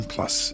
Plus